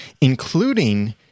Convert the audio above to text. including